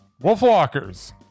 Wolfwalkers